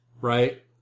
right